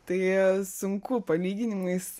tai sunku palyginimais